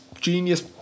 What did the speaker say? genius